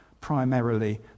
primarily